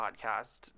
podcast